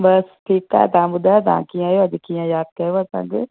बसि ठीकु आहे तव्हां ॿुधायो तव्हां कीअं आहियो अॼ कीअं यादि कयव असांखे